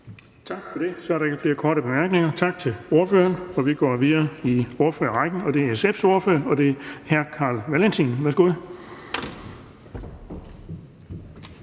Tak for det. Så er der ikke flere korte bemærkninger. Tak til ordføreren, og vi går videre til Radikale Venstres ordfører, og det er fru Zenia Stampe. Værsgo.